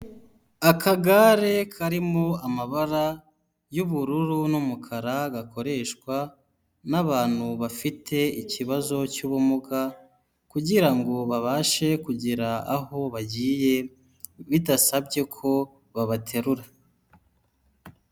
Akagare karimo amabara y'ubururu n'umukara gakoreshwa n'abantu bafite ikibazo cy'ubumuga kugira ngo babashe kugera aho bagiye bidasabye ko babaterura.